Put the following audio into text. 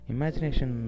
Imagination